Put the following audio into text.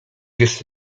jest